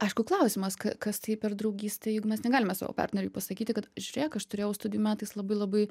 aišku klausimas kas tai per draugystė jeigu mes negalime savo partneriui pasakyti kad žiūrėk aš turėjau studijų metais labai labai